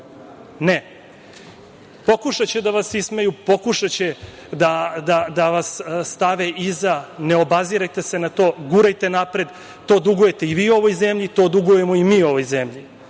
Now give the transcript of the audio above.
Ne. Pokušaće da vas ismeju, pokušaće da vas stave iza. Ne obazirite se na to, gurajte napred, to dugujete i vi ovoj zemlji, to dugujemo i mi ovoj zemlji.